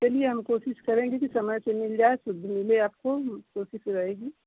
चलिए हम कोशिश करेंगे की समय से मिल जाए शुद्ध मिले आपको कोशिश रहेगी